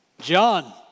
John